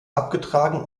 abgetragen